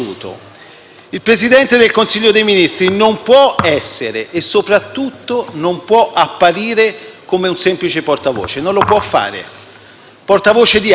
Il Presidente del Consiglio dei ministri non può essere e soprattutto non può apparire come un semplice portavoce di altri; non lo può fare. Noi le